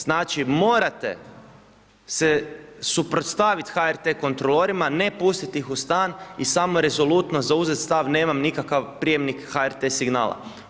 Znači morate se suprotstaviti HRT kontrolorima, ne pustiti ih u stan i samo rezolutno zauzeti stav nemam nikakav prijemnik HRT signala.